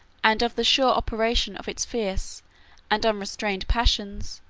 and of the sure operation of its fierce and unrestrained passions,